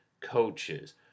coaches